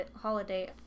holiday